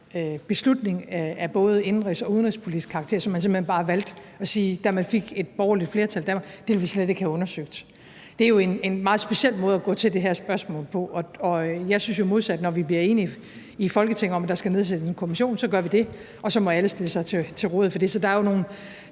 beslutning af både indenrigs- og udenrigspolitisk karakter, hvor man, da vi fik et borgerligt flertal i Danmark, simpelt hen bare valgte at sige, at man slet ikke ville have det undersøgt. Det er jo en meget speciel måde at gå til det her spørgsmål på. Jeg synes jo modsat, at når vi i Folketinget bliver enige om, at der skal nedsættes en kommission, så gør vi det, og så må alle stille sig til rådighed for det. Så der er jo et